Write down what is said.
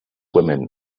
women